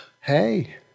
Hey